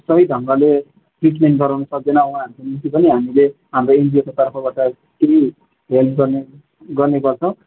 सहि ढङ्गले ट्रिटमेन्ट गराउन सक्तैन उहाँहरूको निम्ति पनि हामीले हाम्रो एनजिओको तर्फबाट केही हेल्प गर्ने गर्ने गर्छौँ